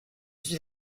suis